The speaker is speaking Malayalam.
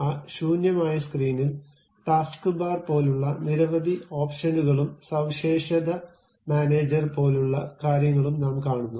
ആ ശൂന്യമായ സ്ക്രീനിൽ ടാസ്ക്ബാർ പോലുള്ള നിരവധി ഓപ്ഷനുകളും സവിശേഷത മാനേജർ പോലുള്ള കാര്യങ്ങളും നാം കാണുന്നു